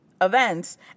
events